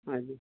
हजुर